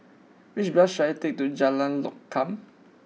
which bus should I take to Jalan Lokam